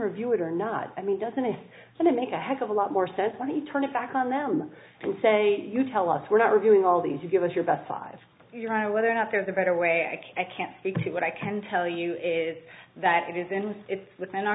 review it or not i mean doesn't it and then make a heck of a lot more sense when you turn it back on them and say you tell us we're not reviewing all these you give us your best five euro whether or not there's a better way i can speak to what i can tell you is that it isn't it's within our